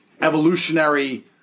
evolutionary